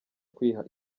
kwiha